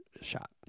shot